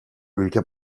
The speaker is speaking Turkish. ülke